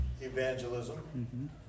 Evangelism